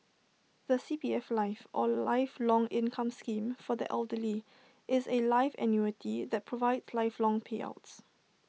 the C P F life or lifelong income scheme for the elderly is A life annuity that provides lifelong payouts